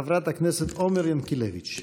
חברת הכנסת עומר ינקלביץ'.